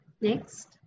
Next